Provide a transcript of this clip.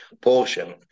portion